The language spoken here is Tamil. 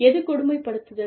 எது கொடுமைப்படுத்துதல்